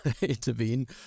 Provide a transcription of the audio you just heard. intervene